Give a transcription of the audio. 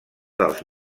dels